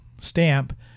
stamp